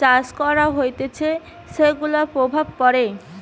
চাষ করা হতিছে সেগুলার প্রভাব পড়ে